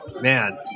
man